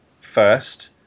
first